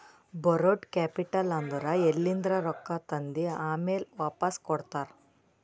ಬಾರೋಡ್ capital ಅಂದುರ್ ಎಲಿಂದ್ರೆ ರೊಕ್ಕಾ ತಂದಿ ಆಮ್ಯಾಲ್ ವಾಪಾಸ್ ಕೊಡ್ತಾರ